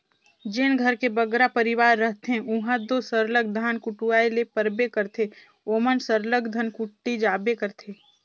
जेन घर में बगरा परिवार रहथें उहां दो सरलग धान कुटवाए ले परबे करथे ओमन सरलग धनकुट्टी जाबे करथे